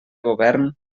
govern